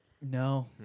No